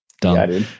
Done